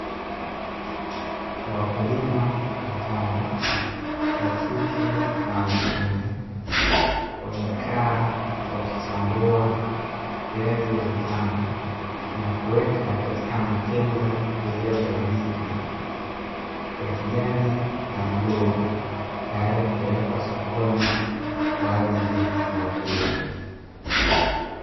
Wakulima watano wa kike na wa kiume, wamekaa wakichambua viazi vitamu na kuweka katika matenga yaliyogawanyika ya kijani na bluu tayari kupelekwa sokoni kwa ajili ya kuuzwa.